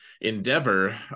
endeavor